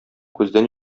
күздән